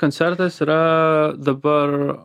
koncertas yra dabar